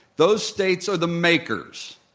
those states are the makers.